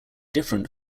different